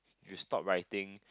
you stop writing